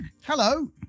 Hello